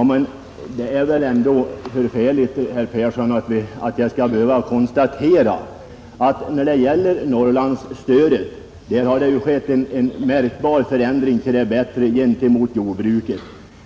Men det är väl ändå anmärkningsvärt, herr Persson, att jag skall behöva konstatera att Norrlandsstödet märkbart har förbättrats i vad gäller jordbruket,